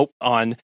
on